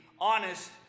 honest